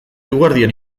eguerdian